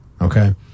Okay